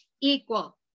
equal